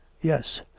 Yes